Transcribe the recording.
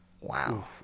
Wow